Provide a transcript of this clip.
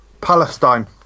Palestine